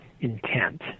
intent